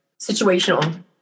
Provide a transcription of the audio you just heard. situational